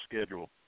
schedule